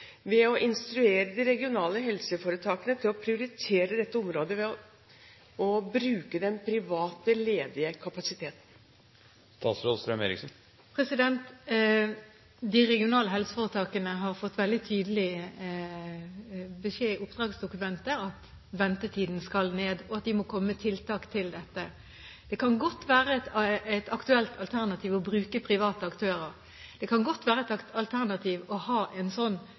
ved å instruere de regionale helseforetakene til å prioritere dette området og bruke den ledige private kapasiteten. De regionale helseforetakene har fått veldig tydelig beskjed i oppdragsdokumentet om at ventetiden skal ned, og at de må komme med tiltak for dette. Det kan godt være et aktuelt alternativ å bruke private aktører. Det kan godt være et alternativ å ha en